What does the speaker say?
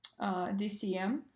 DCM